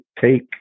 take